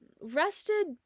rested